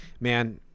man